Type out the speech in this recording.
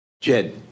Jed